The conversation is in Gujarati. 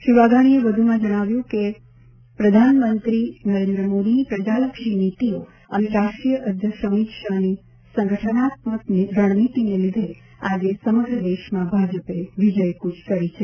શ્રી વાઘાણીએ વધુમાં જણાવ્યું હતું કે પ્રધાનમંત્રી નરેન્દ્ર મોદીની પ્રજાલક્ષી નીતિઓ અને રાષ્ટ્રીય અધ્યક્ષ અમિત શાહની સંગઠનાત્મક રણનીતિને લીધે આજે સમગ્ર દેશમાં ભાજપે વિજયકૂચ કરી છે